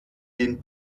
den